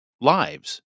lives